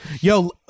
Yo